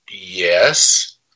Yes